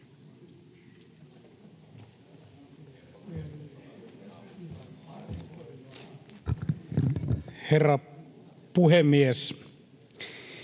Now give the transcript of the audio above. Herra puhemies!